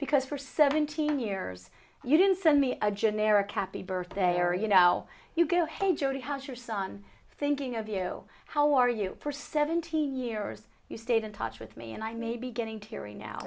because for seventeen years you didn't send me a generic happy birthday or you know you go hey jodi has your son thinking of you how are you for seventeen years you stayed in touch with me and i may be getting teary now